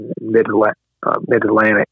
mid-Atlantic